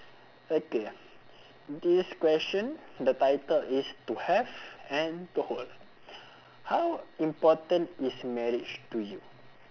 okay this question the title is to have and to hold how important is marriage to you